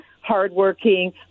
hardworking